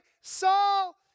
Saul